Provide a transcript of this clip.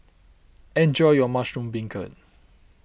enjoy your Mushroom Beancurd